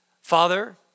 Father